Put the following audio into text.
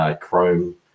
Chrome